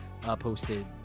posted